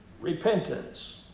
repentance